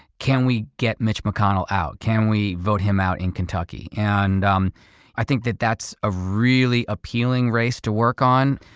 can we get mitch mcconnell out? can we vote him out in kentucky? and um i think that that's a really appealing race to work on.